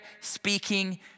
speaking